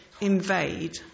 invade